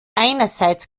einerseits